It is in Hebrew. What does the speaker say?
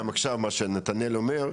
מה שנתנאל אומר,